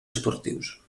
esportius